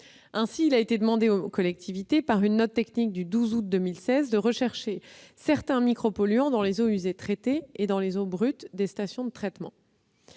ainsi été demandé aux collectivités, par une note technique du 12 août 2016, de rechercher certains micropolluants dans les eaux usées traitées et dans les eaux brutes des stations de traitement,